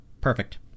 perfect